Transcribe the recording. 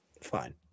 Fine